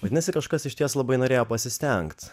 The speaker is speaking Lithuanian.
vadinasi kažkas išties labai norėjo pasistengt